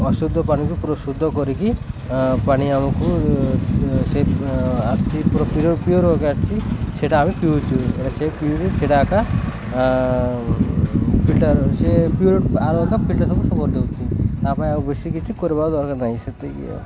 ଅଶୁଦ୍ଧ ପାଣିକୁ ପୁରା ଶୁଦ୍ଧ କରିକି ପାଣି ଆମକୁ ସେ ଆସୁଛି ପୁରା ପିଓର ଗା ଆସିଛି ସେଟା ଆମେ ପିଉଛୁ ସେ ପିୟୋରଇଟ୍ ସେଇଟା ଆକା ଫିଲ୍ଟର ସେ ପିଓର ଆରୋଟା ଏକା ଫିଲ୍ଟର ସବୁ କରିଦେଉଛି ତା ପାଇଁ ଆଉ ବେଶୀ କିଛି କରିବାକୁ ଦରକାର ନାହିଁ ସେତିକି ଆଉ